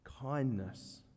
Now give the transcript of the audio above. kindness